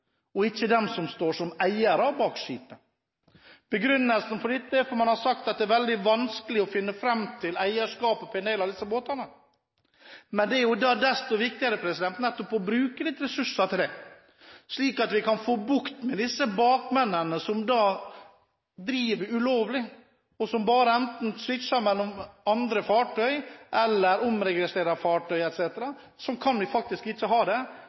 og ikke dem som står som eiere bak skipet. Begrunnelsen for dette er at man har sagt at det er veldig vanskelig å finne fram til eierskapet til en del av disse båtene. Da er det desto viktigere nettopp å bruke litt ressurser på det, slik at vi kan få bukt med bakmennene som driver ulovlig, og som bare svitsjer mellom andre fartøyer, omregistrerer fartøyer, etc. Sånn kan vi faktisk ikke ha det.